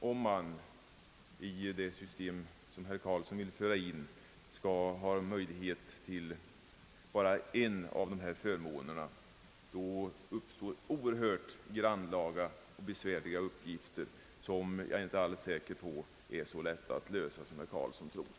Om man i det system, som herr Carlsson vill föra in, skall ha möjlighet till bara en av dessa förmåner, då uppstår oerhört grannlaga och besvärliga uppgifter, som jag inte alls är så säker på är så lätta att lösa som herr Carlsson tror.